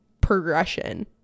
progression